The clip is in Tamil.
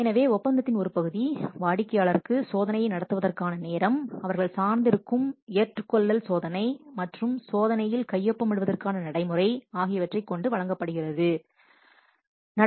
எனவே ஒப்பந்தத்தின் ஒரு பகுதி வாடிக்கையாளருக்கு சோதனையை நடத்துவதற்கான நேரம் அவர்கள் சார்ந்திருக்கும் ஏற்றுக்கொள்ளல் சோதனை மற்றும் சோதனையில் கையொப்பமிடுவதற்கான நடைமுறை ஆகியவற்றைக் கொண்டு வழங்கப்படுகிறது போன்றவற்றையும் கொடுத்திருக்க வேண்டும்